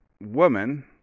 woman